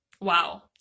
Wow